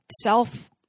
self